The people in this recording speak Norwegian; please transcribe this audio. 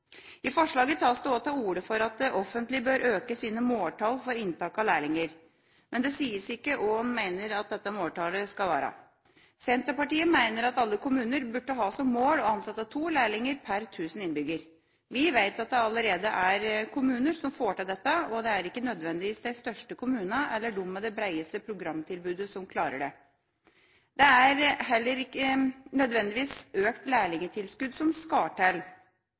I forslaget tas det også til orde for at det offentlige bør øke sine måltall for inntak av lærlinger, men det sies ikke hva en mener dette måltallet bør være. Senterpartiet mener at alle kommuner bør ha som mål å ansette to lærlinger per 1 000 innbyggere. Vi vet det allerede er kommuner som får til dette, og det er ikke nødvendigvis de største kommunene eller de med det bredeste programtilbudet som klarer det. Det er heller ikke nødvendigvis økt lærlingtilskudd som skal til,